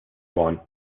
one